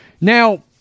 Now